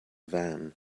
van